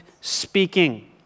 speaking